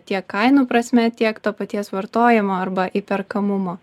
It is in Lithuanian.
tiek kainų prasme tiek to paties vartojimo arba įperkamumo